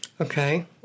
okay